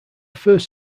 first